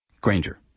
Granger